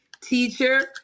teacher